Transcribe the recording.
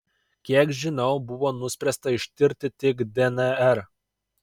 kiek žinau buvo nuspręsta ištirti tik dnr